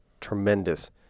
tremendous